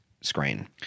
screen